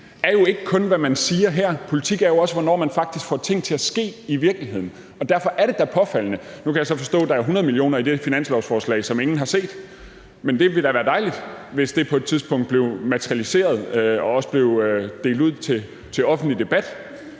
er jo ikke kun, hvad man siger her; politik er jo også, hvornår man rent faktisk får ting til at ske i virkeligheden. Nu kan jeg så forstå, at der er 100 mio. kr. i det her finanslovsforslag, som ingen har set, men det ville da være dejligt, hvis de på et tidspunkt blev materialiseret og også blev genstand for en offentlig debat.